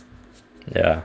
ya